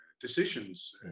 decisions